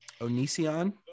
Onision